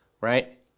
right